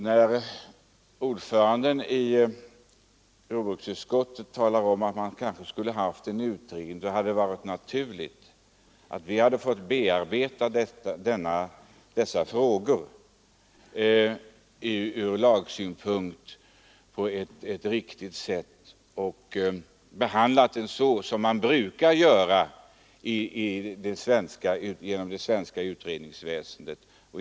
När ordföranden i jordbruksutskottet säger att man kanske hade bort ha en utredning, tycker jag att det hade varit naturligt att vi fått bearbeta dessa frågor ur lagstiftningssynpunkt på det sätt som vi brukar göra när det gäller förslag som kommer fram inom det svenska utredningsväsendet.